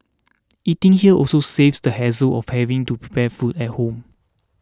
eating here also saves the hassle of having to prepare food at home